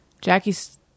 Jackie's